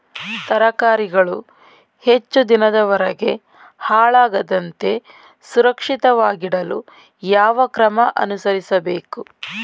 ತರಕಾರಿಗಳು ಹೆಚ್ಚು ದಿನದವರೆಗೆ ಹಾಳಾಗದಂತೆ ಸುರಕ್ಷಿತವಾಗಿಡಲು ಯಾವ ಕ್ರಮ ಅನುಸರಿಸಬೇಕು?